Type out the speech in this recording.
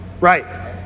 Right